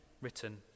written